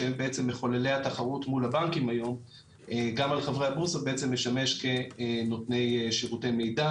שהם בעצם מחוללי התחרות מול הבנקים היום בעצם לשמש כנותני שירותי מידע.